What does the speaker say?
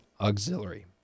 Auxiliary